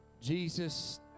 Jesus